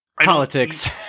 Politics